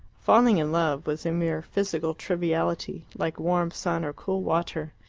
falling in love was a mere physical triviality, like warm sun or cool water,